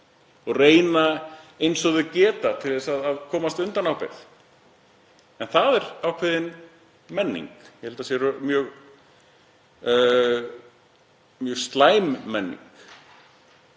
og reyni eins og það getur að komast undan ábyrgð. En það er ákveðin menning. Ég held að það sé mjög slæm menning.